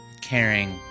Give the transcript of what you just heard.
caring